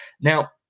Now